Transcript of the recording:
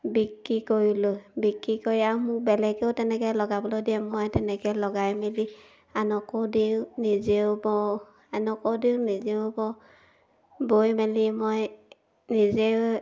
বিক্ৰী কৰিলোঁ বিক্ৰী কৰি আৰু মোক বেলেগেও তেনেকে লগাবলৈ দিয়ে মই তেনেকৈ লগাই মেলি আনকো দিওঁ নিজেও বওঁ আনকো দিওঁ নিজেও বওঁ বৈ মেলি মই নিজেও